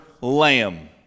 lamb